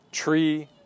Tree